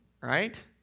right